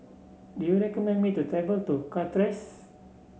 do you recommend me to travel to Castries